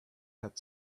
had